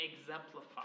exemplify